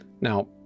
Now